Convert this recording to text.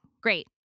great